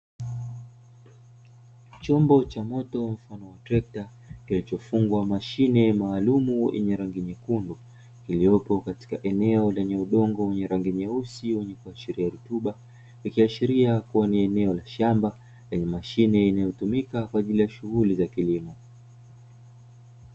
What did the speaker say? Chombo cha moto mfano wa trekta kilichofungwa mashine maalumu yenye rangi nyekundu, iliyopo katika eneo lenye udongo wenye rangi nyeusi wenye kuashiria rutuba, ikiashiria kuwa ni eneo la shamba lenye mashine inayotumika kwa ajili ya shughuli za kilimo.